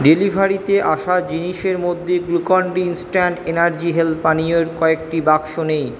ডেলিভারিতে আসা জিনিসের মধ্যে Glucon D instant energy health পানীয়ের কয়েকটি বাক্স নেই